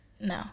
No